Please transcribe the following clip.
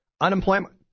Unemployment